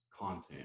content